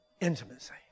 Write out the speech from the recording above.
Intimacy